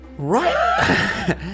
Right